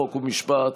חוק ומשפט,